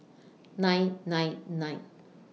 nine nine nine